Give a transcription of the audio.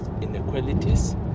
Inequalities